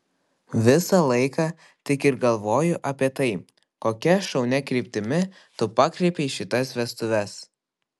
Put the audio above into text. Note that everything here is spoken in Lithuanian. visą laiką tik ir galvoju apie tai kokia šaunia kryptimi tu pakreipei šitas vestuves